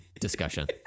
discussion